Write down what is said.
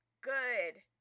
good